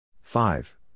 Five